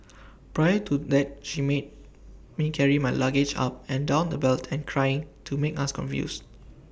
prior to that she made made carry my luggage up and down the belt and trying to make us confused